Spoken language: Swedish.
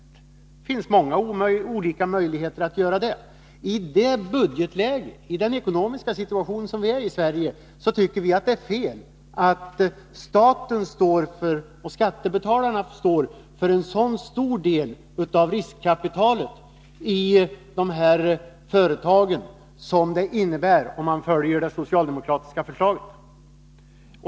Det finns många olika möjligheter. I det budgetläge och den ekonomiska situation som vi har i Sverige tycker vi att det är fel att staten och skattebetalarna skall stå för en så stor del av riskkapitalet i dessa företag som det skulle innebära om man följer det socialdemokratiska förslaget.